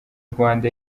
rwanda